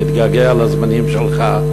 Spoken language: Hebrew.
נתגעגע לזמנים שלך.